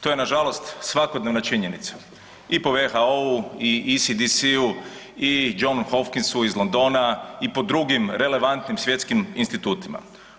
To je nažalost svakodnevna činjenica i po WHO-u i ISDS-u i Johnsu Hopkinsu iz Londona i po drugim relevantnim svjetskim institutima.